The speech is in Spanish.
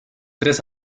tres